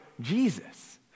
jesus